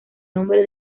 nombre